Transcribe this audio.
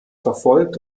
verfolgt